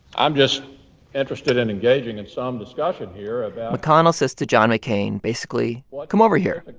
i'm just interested in engaging in some discussion here about. mcconnell says to john mccain, basically, come over here.